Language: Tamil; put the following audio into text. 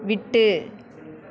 விட்டு